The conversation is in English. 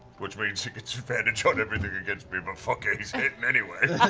which means he gets advantage on everything against me, but fuck it, he's hitting anyway.